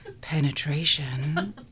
penetration